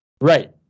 right